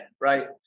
right